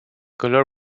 color